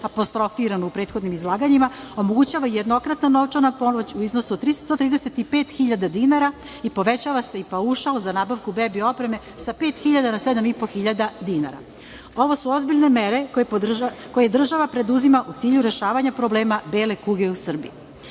apostrofirano u prethodnim izlaganjima, omogućava jednokratna novčana pomoć u iznosu od 135.000 dinara i povećava se i paušal za nabavku bebi opreme sa 5.000 na 7.500 dinara. Ovo su ozbiljne mere koje država preduzima u cilju rešavanja problema bele kuge u